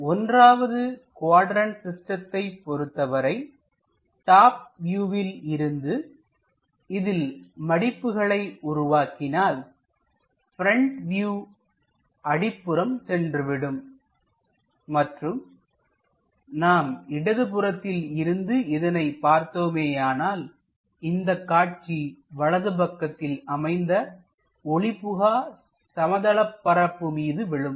1வது குவாட்ரண்ட் சிஸ்டத்தைப் பொறுத்தவரை டாப் வியூவில் இருந்து இதில் மடிப்புகளை உருவாக்கினால் பிரண்ட் வியூ அடிப்புறம் சென்றுவிடும் மற்றும் நாம் இடது புறத்தில் இருந்து இதனை பார்த்தோமேயானால் இந்தக் காட்சி வலப்பக்கத்தில் அமைந்த ஒளிபுகா சமதளப்பரப்பு மீது விழும்